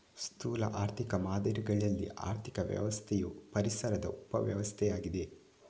ಸ್ಥೂಲ ಆರ್ಥಿಕ ಮಾದರಿಗಳಲ್ಲಿ ಆರ್ಥಿಕ ವ್ಯವಸ್ಥೆಯು ಪರಿಸರದ ಉಪ ವ್ಯವಸ್ಥೆಯಾಗಿದೆ